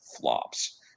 flops